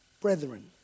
Brethren